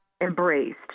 embraced